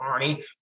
Arnie